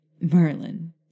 Merlin